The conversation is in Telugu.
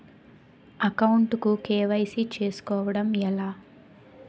అకౌంట్ కు కే.వై.సీ చేసుకోవడం ఎలా?